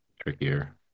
trickier